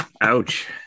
Ouch